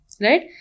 Right